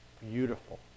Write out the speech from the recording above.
beautiful